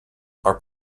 are